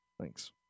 Thanks